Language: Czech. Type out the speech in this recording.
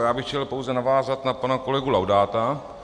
Já bych chtěl pouze navázat na pana kolegu Laudáta.